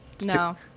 no